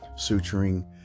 suturing